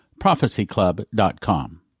prophecyclub.com